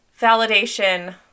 validation